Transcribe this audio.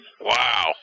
Wow